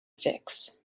fix